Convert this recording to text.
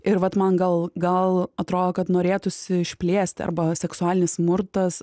ir vat man gal gal atrodo kad norėtųsi išplėsti arba seksualinis smurtas